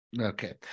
Okay